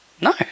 No